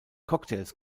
cocktails